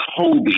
Kobe